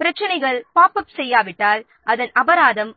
பிரச்சினைகள் pop up செய்யாவிட்டால் அதன் அபராதம்